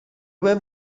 بهم